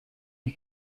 een